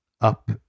up